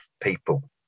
people